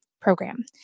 Program